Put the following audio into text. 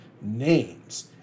names